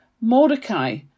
Mordecai